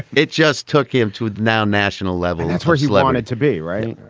it just took him to a now national level. that's where he like wanted to be right.